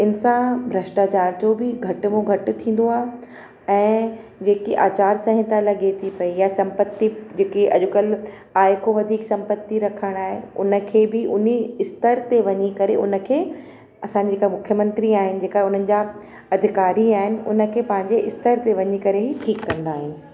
हिन सां भष्टाचार जो बि घटि में घटि थींदो आहे ऐं जे की आचार सहायता लॻे थी पेई या संपत्ति जे की अॼुकल्ह आहे खां वधीक संपत्ति रखणु आहे हुनखे बि हुन इस्तर ते वञी करे हुनखे असां जे का मुख्यमंत्री आहिनि जे का उन्हनि जा अधिकारी आहिनि हुनखे पंहिंजे इस्तर ते वञी करे ई ठीकु कंदा आहिनि